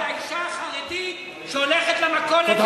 הגיע הזמן שתסתכלי על האשה החרדית שהולכת למכולת,